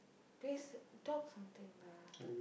please talk something lah